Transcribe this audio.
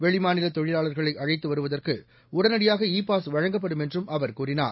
வெளிமாநிலத் தொழிலாளர்களைஅழைத்துவருவதற்குஉடனடியாக e pass வழங்கப்படும் என்றும் அவர் கூறினார்